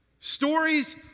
stories